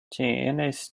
tienes